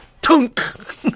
Tunk